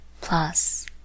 plus